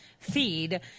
Feed